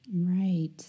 Right